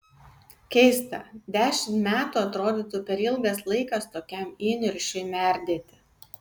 keista dešimt metų atrodytų per ilgas laikas tokiam įniršiui merdėti